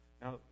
Now